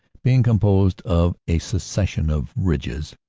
being composed of a succession of ridges,